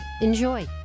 Enjoy